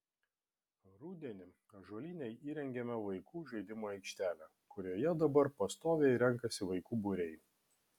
rudenį ąžuolyne įrengėme vaikų žaidimų aikštelę kurioje dabar pastoviai renkasi vaikų būriai